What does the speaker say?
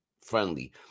friendly